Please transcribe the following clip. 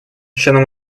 членам